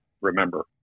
remember